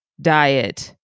diet